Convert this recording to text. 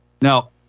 Now